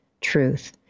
truth